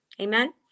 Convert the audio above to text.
Amen